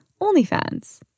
OnlyFans